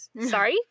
sorry